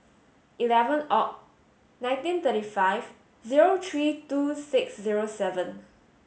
eleven Oct nineteen thirty five zero three two six zero seven